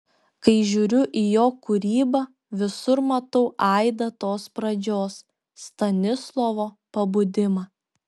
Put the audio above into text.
kai žiūriu į jo kūrybą visur matau aidą tos pradžios stanislovo pabudimą